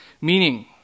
Meaning